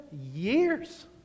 years